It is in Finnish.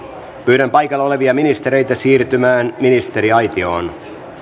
pyydän paikalla olevia ministereitä siirtymään ministeriaitioon